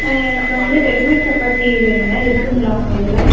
எனக்கு வந்து ரெடிமேட் சப்பாத்தி வேணுங்க இருக்குதுங்களா உங்கள் இதில்